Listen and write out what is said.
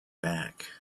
back